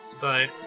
Bye